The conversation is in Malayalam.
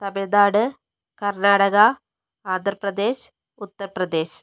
തമിഴ്നാട് കർണാടക ആന്ധ്രപ്രദേശ് ഉത്തർപ്രദേശ്